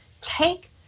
take